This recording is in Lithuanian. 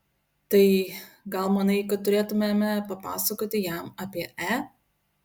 tai gal manai kad turėtumėme papasakoti jam apie e